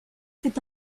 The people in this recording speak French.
s’est